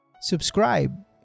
Subscribe